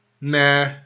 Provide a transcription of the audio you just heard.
nah